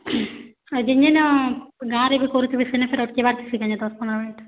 ଯେନ୍ ଯେନ୍ ନ ଗାଁ'ରେ ବି କରୁଥିବେ ସେନେ ଫେର୍ ଅଟ୍କିବାର୍ ଥିସି କାଁ'ଯେ ଦଶ୍ ପନ୍ଦର୍ ମିନିଟ୍